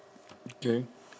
okay